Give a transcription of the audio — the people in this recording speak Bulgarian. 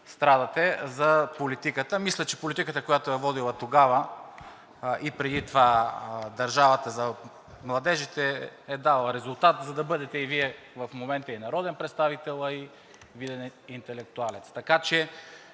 страдате за политиката! Мисля, че политиката, която е водила тогава и преди това държавата за младежите, е дала резултат, за да бъдете и Вие в момента народен представител и виден интелектуалец. Така че,